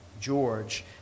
George